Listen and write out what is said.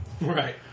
Right